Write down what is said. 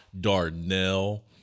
Darnell